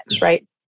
Right